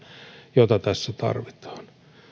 jota tässä tarvitaan